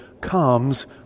comes